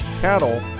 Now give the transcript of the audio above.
cattle